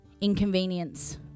inconvenience